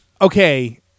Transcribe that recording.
okay